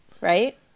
Right